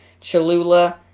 cholula